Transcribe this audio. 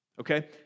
okay